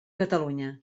catalunya